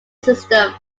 system